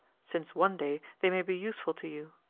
since one day they may be useful to you.